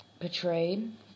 portrayed